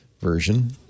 version